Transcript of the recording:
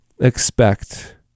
expect